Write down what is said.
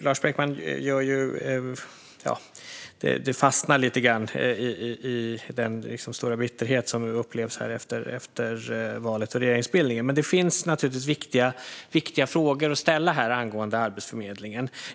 Lars Beckman fastnar lite grann i sin stora bitterhet efter valet och regeringsbildningen, men det finns naturligtvis viktiga frågor att ställa angående Arbetsförmedlingen.